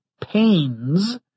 pains